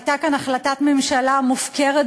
הייתה כאן החלטת ממשלה מופקרת,